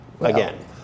again